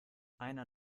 einer